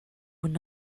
would